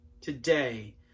today